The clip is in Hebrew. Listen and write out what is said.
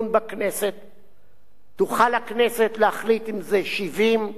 תוכל הכנסת להחליט אם זה 70 או כל מספר אחר.